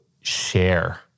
share